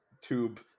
tube